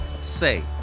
Say